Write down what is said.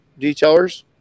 detailers